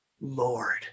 Lord